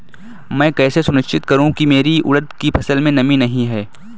मैं कैसे सुनिश्चित करूँ की मेरी उड़द की फसल में नमी नहीं है?